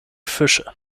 fische